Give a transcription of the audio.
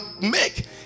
make